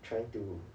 trying to